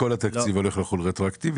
כל התקציב הולך לחול רטרואקטיבית,